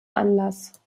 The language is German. anlass